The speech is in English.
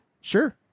sure